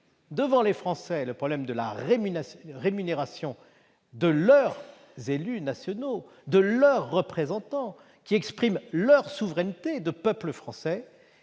devant les Français le problème de la rémunération de leurs élus nationaux, de leurs représentants qui expriment la souveraineté du peuple français